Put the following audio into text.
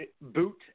Boot